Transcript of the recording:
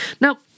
Now